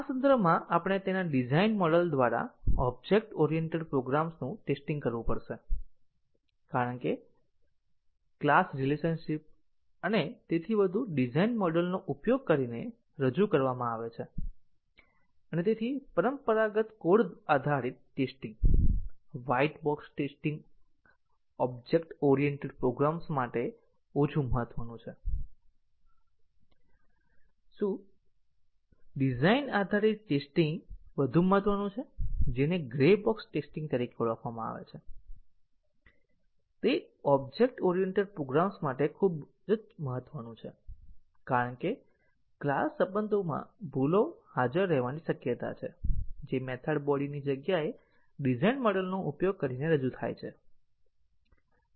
આ સંદર્ભમાં આપણે તેના ડિઝાઇન મોડેલ દ્વારા ઓબ્જેક્ટ ઓરિએન્ટેડ પ્રોગ્રામનું ટેસ્ટીંગ કરવું પડશે કારણ કે ક્લાસ રિલેશનશિપ અને વધુ ડિઝાઇન મોડલનો ઉપયોગ કરીને રજૂ કરવામાં આવે છે અને પરંપરાગત કોડ આધારિત testing white box testing object oriented programs માટે ઓછું મહત્વનું છે શું છે ડિઝાઈન આધારિત ટેસ્ટીંગ વધુ મહત્વનું છે જેને ગ્રે બોક્સ ટેસ્ટિંગ તરીકે ઓળખવામાં આવે છે તે ઓબ્જેક્ટ ઓરિએન્ટેડ પ્રોગ્રામ્સ માટે ખૂબ જ મહત્વનું છે કારણ કે ક્લાસ સંબંધોમાં ભૂલો હાજર રહેવાની શક્યતા છે જે મેથડ બોડીની જગ્યાએ ડિઝાઇન મોડેલનો ઉપયોગ કરીને રજૂ થાય છે